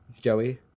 Joey